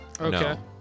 Okay